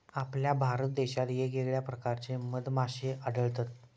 आपल्या भारत देशात येगयेगळ्या प्रकारचे मधमाश्ये आढळतत